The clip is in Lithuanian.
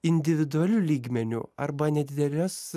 individualiu lygmeniu arba nedidelės